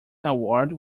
award